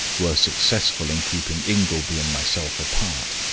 were successful in keeping ingleby and myself apart.